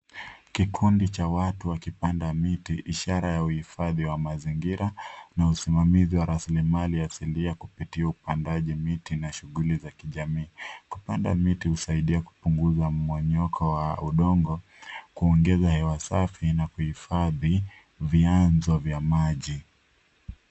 Kikundi cha watu wakipanda miti ishara ya uhifadhi wa mazingira na usimamizi wa rasilimali asilia kupitia upandaji miti na shughuli za kijamii. Kupanda miti husaidia kupunguza mmomonyoko wa udongo, kuongeza hewa safi na kuhifadhi vianzo vya maji.